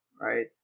right